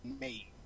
made